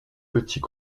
petits